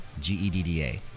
G-E-D-D-A